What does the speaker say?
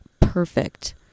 perfect